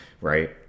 right